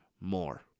more